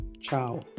Ciao